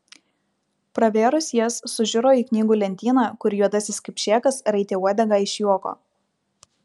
pravėrus jas sužiuro į knygų lentyną kur juodasis kipšėkas raitė uodegą iš juoko